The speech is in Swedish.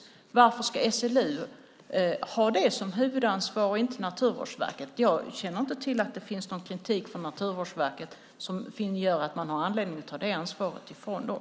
Varför ska SLU ha det som huvudansvar och inte Naturvårdsverket? Jag känner inte till att det finns någon kritik mot Naturvårdsverket som gör att man har anledning att ta det ansvaret ifrån dem.